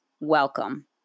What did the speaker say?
Welcome